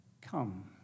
Come